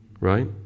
Right